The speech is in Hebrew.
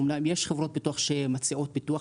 אמנם יש חברות ביטוח שמציעות ביטוח,